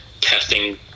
testing